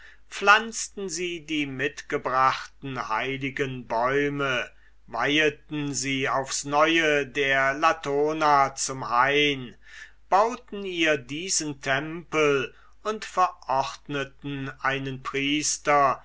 pflanzten sie die mitgebrachten heiligen bäume weiheten sie aufs neue der latona zum hain bauten ihr diesen tempel und verordneten einen priester